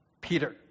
Peter